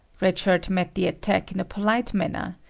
red shirt met the attack in a polite manner.